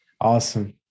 Awesome